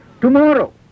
tomorrow